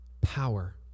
power